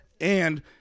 and-